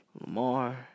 Lamar